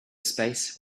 space